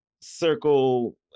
circle